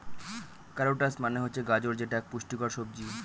carrots মানে হচ্ছে গাজর যেটা এক পুষ্টিকর সবজি